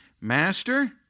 Master